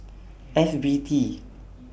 F B T